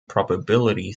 probability